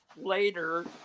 later